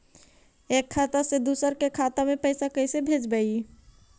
एक खाता से दुसर के खाता में पैसा कैसे भेजबइ?